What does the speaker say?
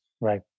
right